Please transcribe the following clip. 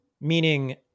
meaning